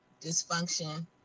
dysfunction